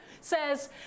says